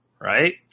right